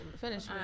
finish